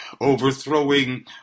overthrowing